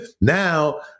Now